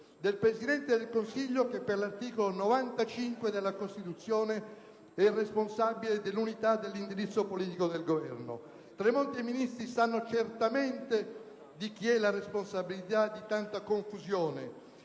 del Presidente del Consiglio che, per l'articolo 95 della Costituzione, è il responsabile dell'unità dell'indirizzo politico del Governo. Tremonti e gli altri Ministri sanno certamente di chi è la responsabilità di tanta confusione.